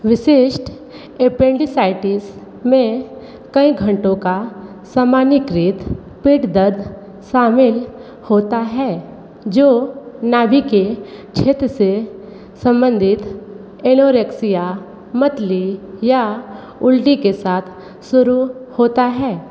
विशिष्ट एपेंडिसाइटिस में कई घंटों का सामान्यीकृत पेट दर्द शामिल होता है जो नाभि के क्षेत्र से संबंधित एनोरेक्सिया मतली या उल्टी के साथ शुरू होता है